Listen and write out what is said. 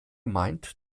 meint